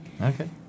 Okay